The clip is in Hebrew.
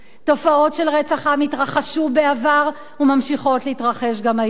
תופעות של רצח עם התרחשו בעבר וממשיכות להתרחש גם היום,